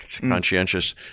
conscientious